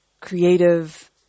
creative